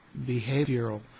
behavioral